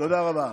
תודה רבה.